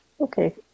Okay